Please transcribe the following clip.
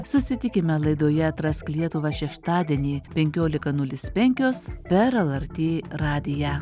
susitikime laidoje atrask lietuvą šeštadienį penkiolika nulis penkios per lrt radiją